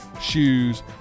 shoes